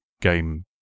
game